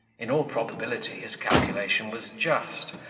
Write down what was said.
in all probability his calculation was just,